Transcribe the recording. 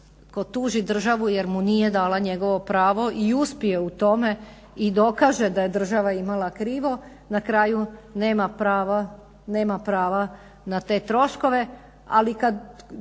tko tuži državu jer mu nije dala njegovo pravo i uspije u tome i dokaže da je država imala krivo na kraju nema prava na te troškove. Ali kad tuži